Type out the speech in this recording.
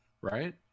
right